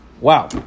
Wow